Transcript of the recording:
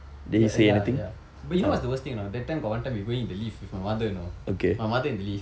ya ya ya but you know what's the worst thing or not that time got one time he going in the lift with my mother you know my mother in the lift